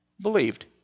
believed